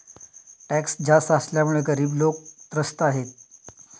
tax जास्त असल्यामुळे गरीब लोकं त्रस्त आहेत